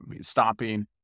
stopping